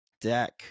deck